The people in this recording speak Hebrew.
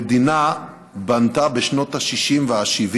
המדינה בנתה בשנות ה-60 וה-70